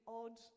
odd